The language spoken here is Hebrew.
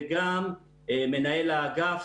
וגם מנהל האגף,